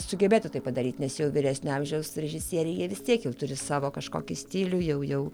sugebėtų tai padaryti nes jau vyresnio amžiaus režisieriai jie vis tiek jau turi savo kažkokį stilių jau jau